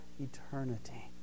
eternity